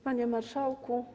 Panie Marszałku!